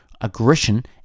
aggression